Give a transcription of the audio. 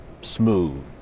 smooth